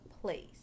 place